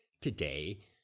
Today